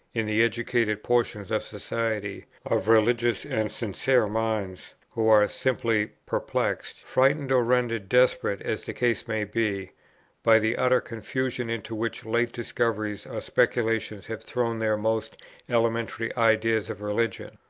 in the educated portions of society, of religious and sincere minds, who are simply perplexed frightened or rendered desperate, as the case may be by the utter confusion into which late discoveries or speculations have thrown their most elementary ideas of religion.